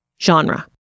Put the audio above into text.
genre